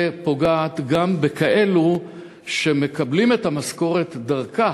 פוגעת גם בכאלה שמקבלים את המשכורת דרכה